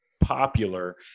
popular